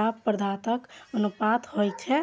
लाभप्रदताक अनुपात होइ छै